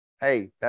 hey